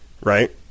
right